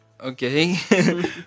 okay